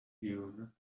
hewn